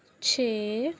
ਛੇ